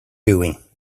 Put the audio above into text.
doing